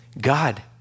God